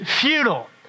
futile